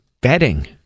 Bedding